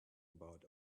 about